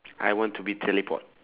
I want to be teleport